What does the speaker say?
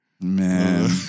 Man